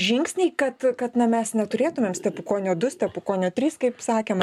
žingsniai kad kad na mes neturėtumėm stepukonio du stepukonio trys kaip sakėm